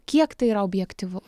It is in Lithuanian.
kiek tai yra objektyvu